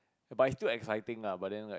but it's still exciting but then like